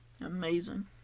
Amazing